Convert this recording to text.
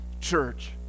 church